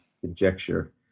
conjecture